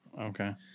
okay